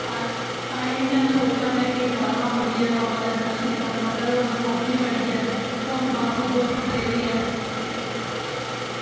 अस इ'यां सोची ने कि जाना मुड़िया माता दे दर्शन करने पर हून सर्दी बड़ी ऐ हून बर्फ बुर्फ पेदी ऐ